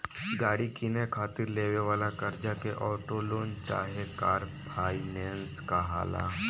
गाड़ी किने खातिर लेवे वाला कर्जा के ऑटो लोन चाहे कार फाइनेंस कहाला